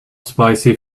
spicy